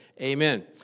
Amen